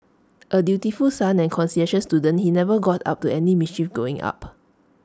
A dutiful son and conscientious student he never got up to any mischief going up